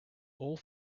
all